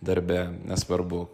darbe nesvarbu